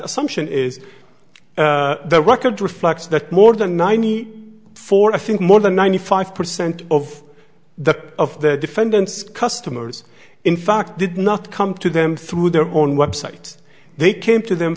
assumption is the record reflects that more than ninety four i think more than ninety five percent of the of the defendants customers in fact did not come to them through their own websites they came to them